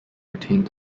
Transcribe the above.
retained